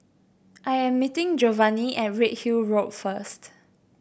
I am meeting Giovanni at Redhill Road first